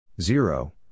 zero